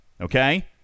Okay